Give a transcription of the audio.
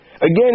Again